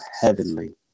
heavenly